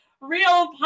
real